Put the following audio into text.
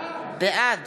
בעד